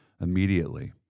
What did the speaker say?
immediately